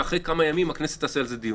ואחרי כמה ימים הכנסת תקיים על זה דיון.